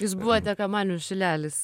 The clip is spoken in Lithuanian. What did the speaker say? jūs buvote kamanių šilelis